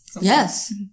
Yes